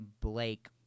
Blake